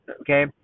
okay